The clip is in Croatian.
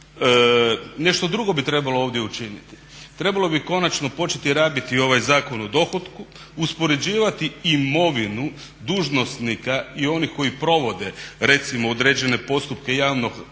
Nešto drugo bi trebalo ovdje učiniti, trebalo bi konačno početi rabiti ovaj Zakon o dohotku, uspoređivati imovinu dužnosnika i onih koji provode recimo određene postupke javne nabave